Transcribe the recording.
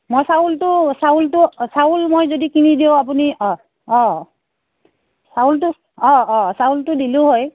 মই চাউলটো চাউলটো চাউল মই যদি কিনি দিওঁ আপুনি অঁ অঁ চাউলটো অঁ অঁ চাউলটো দিলোঁ হয়